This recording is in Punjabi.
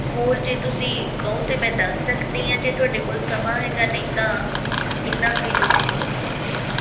ਹੋਰ ਜੇ ਤੁਸੀਂ ਕਹੋ ਤਾਂ ਮੈਂ ਦੱਸ ਸਕਦੀ ਹਾਂ ਜੇ ਤੁਹਾਡੇ ਕੋਲ ਸਮਾਂ ਹੈਗਾ ਨਹੀਂ ਤਾਂ ਇੰਨਾ ਕੁ ਵੀ ਤੁਸੀਂ ਬੋਲ ਸਕਦੇ ਹੋ